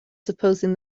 supposing